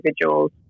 individuals